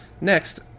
next